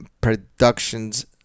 Productions